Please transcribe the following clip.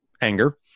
anger